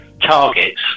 targets